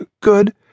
Good